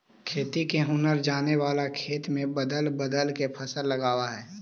खेती के हुनर जाने वाला खेत में बदल बदल के फसल लगावऽ हइ